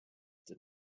did